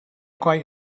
quite